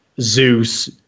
Zeus